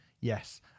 yes